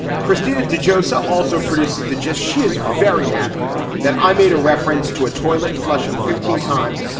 christina de jozo also produces the gist. she is very happy that i made a reference to a toilet flushing fifteen times.